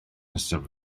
nesaf